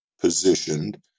positioned